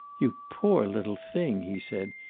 you poor little thing! he said.